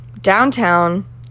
downtown